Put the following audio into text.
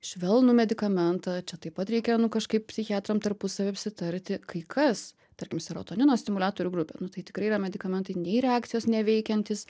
švelnų medikamentą čia taip pat reikėjo nu kažkaip psichiatram tarpusavy apsitarti kai kas tarkim serotonino stimuliatorių grupė nu tai tikrai yra medikamentai nei reakcijos neveikiantys